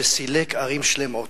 שסילק ערים שלמות,